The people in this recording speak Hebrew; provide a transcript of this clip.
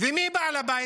ומי בעל הבית?